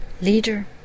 leader